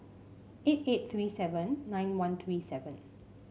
eight eight three seven nine one three five